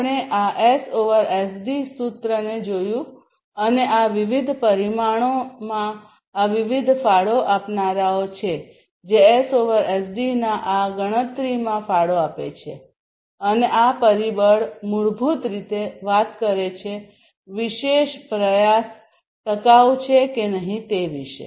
આપણે આ એસએસડી સૂત્રને જોયું છે અને આ વિવિધ પરિમાણોમાં આ વિવિધ ફાળો આપનારાઓ છે જે એસ એસડીના આ ગણતરીમાં ફાળો આપે છે અને આ પરિબળ મૂળભૂત રીતે વાત કરે છે વિશેષ પ્રયાસ ટકાઉ છે કે નહીં તે વિશે